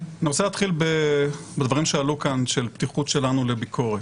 אני רוצה להתחיל בדברים שעלו כאן של פתיחות שלנו לביקורת.